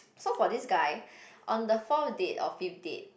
so for this guy on the fourth date or fifth date